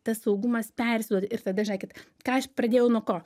tas saugumas persiduoda ir tada žėkit ką aš pradėjau nuo ko